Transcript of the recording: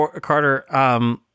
Carter